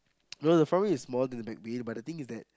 no no front view is more than the back view but the thing is that